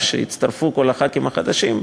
כשהצטרפו כל חברי הכנסת החדשים,